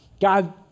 God